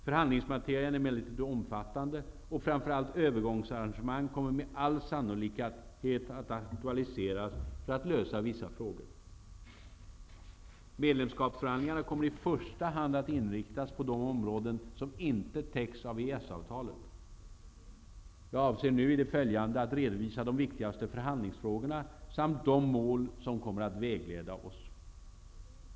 Förhandlingsmaterian är emellertid omfattande, och framför allt övergångsarrangemang kommer med all sannolikhet att aktualiseras för att lösa vissa frågor. Medlemskapsförhandlingarna kommer i första hand att inriktas på de områden som inte täcks av EES-avtalet. Jag avser i det följande redovisa de viktigaste förhandlingsfrågorna samt de mål som kommer att vägleda oss.